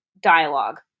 dialogue